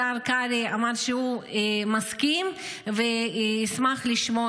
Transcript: השר קרעי אמר שהוא מסכים והוא ישמח לשמוע